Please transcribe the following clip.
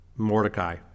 Mordecai